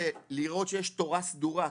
זה לראות שיש תורה סדורה,